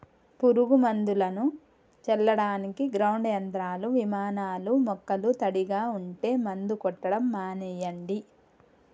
పురుగు మందులను చల్లడానికి గ్రౌండ్ యంత్రాలు, విమానాలూ మొక్కలు తడిగా ఉంటే మందు కొట్టడం మానెయ్యండి